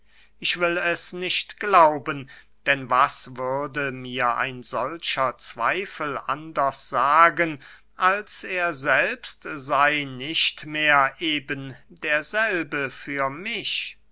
ich will es nicht glauben denn was würde mir ein solcher zweifel anders sagen als er selbst sey nicht mehr eben derselbe für mich